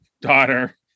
daughter